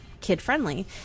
kid-friendly